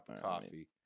coffee